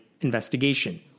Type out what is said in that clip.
investigation